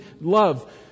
love